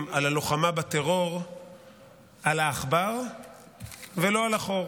בלוחמה בטרור על העכבר ולא על החור.